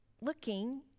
looking